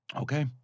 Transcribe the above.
Okay